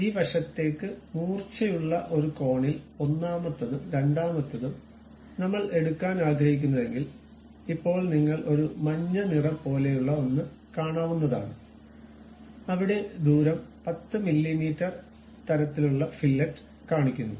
ഈ വശത്തേക്ക് മൂർച്ചയുള്ള ഒരു കോണിൽ ഒന്നാമത്തതും രണ്ടാമത്തതും നമ്മൾ എടുക്കാൻആഗ്രഹിക്കുന്നതെങ്കിൽ ഇപ്പോൾ നിങ്ങൾ ഒരു മഞ്ഞ നിറം പോലെയുള്ള ഒന്ന് കാണാവുന്നതാണ് അവിടെ ദൂരം 10 മില്ലീമീറ്റർ തരത്തിലുള്ള ഫില്ലറ്റ് കാണിക്കുന്നു